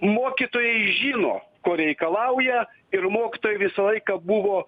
mokytojai žino ko reikalauja ir mokytojai visą laiką buvo